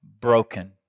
broken